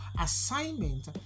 assignment